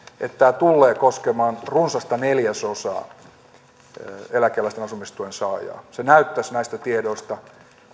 että tämä tullee koskemaan runsasta neljäsosaa eläkeläisistä asumistuen saajista se näyttäisi näistä tiedoista